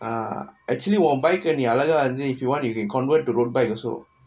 ah actually bike க நீ அழகா வந்து:ka nee alagaa vanthu if you want you can convert to road bike also